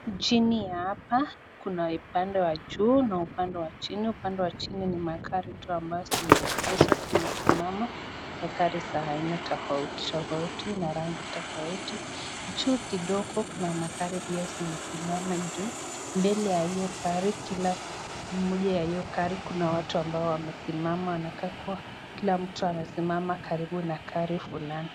Nchini hapa kuna upande wa juu na upande wa chini. Upande wa chini ni magari tu ambayo yameegeshwa yamesimama. Magari ziko na aina tofauti tofauti na rangi tofauti. Juu kidogo kuna magari pia yamesimama juu. Mbele ya hiyo gari kila mmoja ya hiyo gari kuna watu ambao wamesimama, wanakaa kuwa kila mtu amesimama karibu na gari fulani.